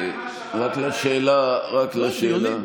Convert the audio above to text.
לא, דיונים.